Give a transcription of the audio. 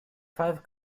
five